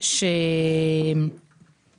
במצב שהיחסים בין הרשות המבצעת